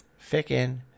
Ficken